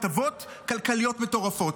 הטבות כלכליות מטורפות.